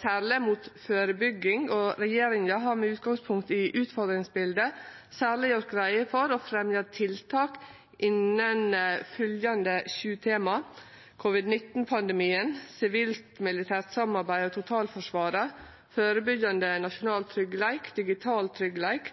særleg mot førebygging. Regjeringa har med utgangspunkt i utfordringsbildet særleg gjort greie for og fremja tiltak innan fylgjande sju tema: covid-19-pandemien, sivilt-militært samarbeid og totalforsvaret, førebyggjande nasjonal tryggleik, digital tryggleik,